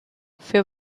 für